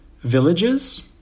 villages